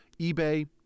eBay